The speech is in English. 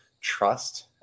trust